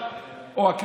אורך